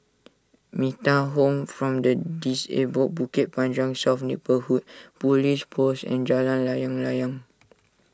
Metta Home form the Disabled Bukit Panjang South Neighbourhood Police Post and Jalan Layang Layang